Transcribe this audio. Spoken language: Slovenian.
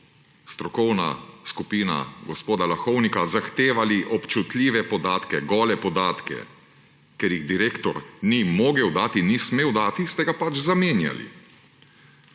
strokovna skupina gospoda Lahovnika, zahtevali občutljive podatke, gole podatke. Ker jih direktor ni mogel dati, ni smel dati, ste ga pač zamenjali.